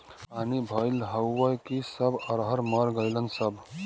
पानी भईल हउव कि सब अरहर मर गईलन सब